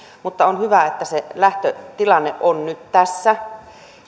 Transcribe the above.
mutta on hyvä että se lähtötilanne on nyt tässä